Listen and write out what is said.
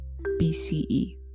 BCE